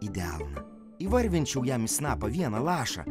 į delną įvarvinčiau jam į snapą vieną lašą